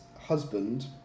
husband